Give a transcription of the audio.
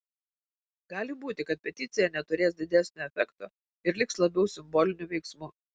gali būti kad peticija neturės didesnio efekto ir liks labiau simboliniu veiksmu